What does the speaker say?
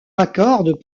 accordent